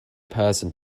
person